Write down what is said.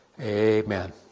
Amen